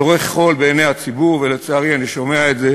זורה חול בעיני הציבור, ולצערי, אני שומע את זה